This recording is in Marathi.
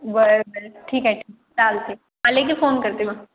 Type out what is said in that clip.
बरं बरं ठीक आहे ठीक चालते आले की फोन करते मग